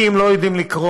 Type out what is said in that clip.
כי הם לא יודעים לקרוא,